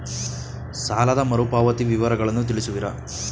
ಸಾಲದ ಮರುಪಾವತಿ ವಿವರಗಳನ್ನು ತಿಳಿಸುವಿರಾ?